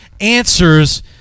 answers